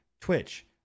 Twitch